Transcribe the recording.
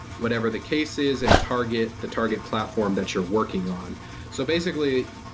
whatever the case is and target the target platform that you're working on so basically,